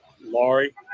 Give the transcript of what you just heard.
Lori